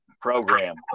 program